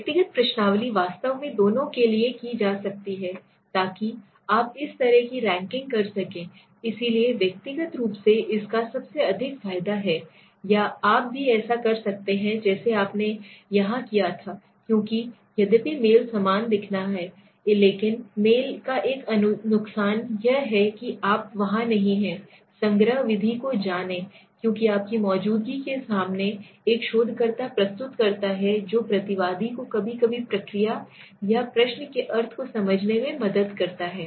व्यक्तिगत प्रश्नावली वास्तव में दोनों के लिए की जा सकती है ताकि आप इस तरह की रैंकिंग कर सकें इसलिए व्यक्तिगत रूप से इसका सबसे अधिक फायदा है या आप भी ऐसा कर सकते हैं जैसे आपने यहां किया था क्योंकि यद्यपि मेल समान दिखता है लेकिन मेल का एक नुकसान यह है कि आप वहां नहीं हैं संग्रह विधि को जानें क्योंकि आपकी मौजूदगी के सामने एक शोधकर्ता प्रस्तुत करता है जो प्रतिवादी को कभी कभी प्रक्रिया या प्रश्न के अर्थ को समझाने में मदद करता है